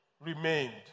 remained